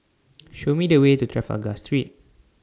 Show Me The Way to Trafalgar Street